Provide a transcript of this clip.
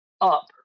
up